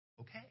Okay